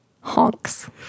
Honks